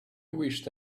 wished